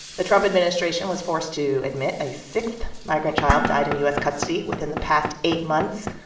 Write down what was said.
the trump administration was forced to admit a sixth migrant child died in u s. custody within the past eight months.